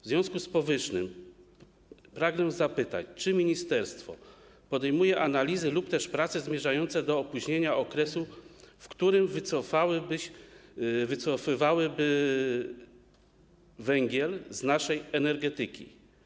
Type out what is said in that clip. W związku z powyższym pragnę zapytać, czy ministerstwo podejmuje analizy lub też prace zmierzające do opóźnienia okresu, w którym wycofywałyby węgiel z naszej energetyki.